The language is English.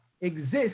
exist